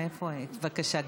בבקשה,